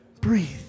breathe